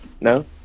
No